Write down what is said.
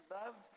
love